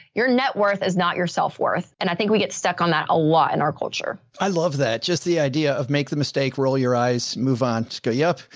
your net worth is not your self worth. and i think we get stuck on that a lot in our culture. i love that. just the idea of make the mistake, roll your eyes, move on. just go. yup.